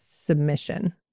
submission